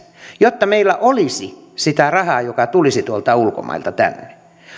jotta meillä olisi sitä rahaa joka tulisi tuolta ulkomailta tänne